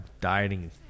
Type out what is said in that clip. dieting